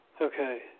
Okay